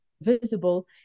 visible